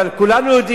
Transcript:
אבל כולנו יודעים,